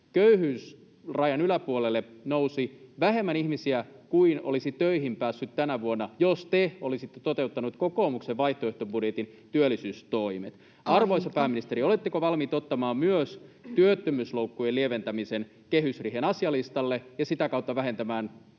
köyhyysrajan yläpuolelle nousi vähemmän ihmisiä kuin olisi päässyt tänä vuonna töihin, jos te olisitte toteuttaneet kokoomuksen vaihtoehtobudjetin työllisyystoimet. [Puhemies: Aika!] Arvoisa pääministeri, oletteko valmiit ottamaan myös työttömyysloukkujen lieventämisen kehysriihen asialistalle ja sitä kautta vähentämään köyhyyttä,